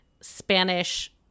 Spanish